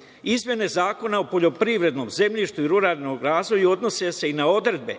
prava. Izmene zakona o poljoprivrednom zemljištu i ruralnom razvoju odnose se i na odredbe